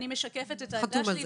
אני משקפת את העמדה שלי,